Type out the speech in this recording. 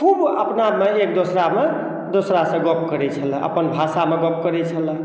खूब अपनामे एक दोसरामे दोसरा से गप करैत छलैया अपन भाषामे गप करैत छलैया